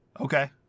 Okay